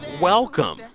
welcome.